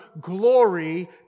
glory